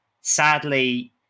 sadly